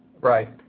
Right